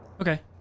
Okay